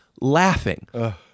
laughing